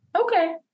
Okay